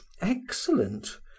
excellent